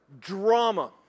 Drama